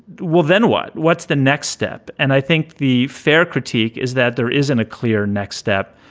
well, then what? what's the next step? and i think the fair critique is that there isn't a clear next step.